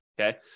okay